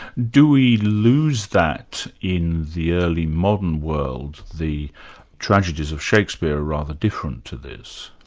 do we lose that in the early modern world, the tragedies of shakespeare are rather different to this.